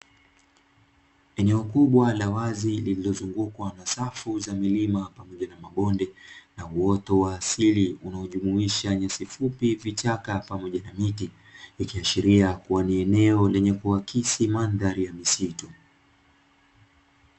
Eneo kubwa la wazi lililozungukwa na safu za milima pamoja na mabonde, na uoto wa asili unaojumuisha nyasi fupi, vichaka pamoja na miti, ikiashiria kuwa ni eneo lenye kuakisi mandhari ya misitu.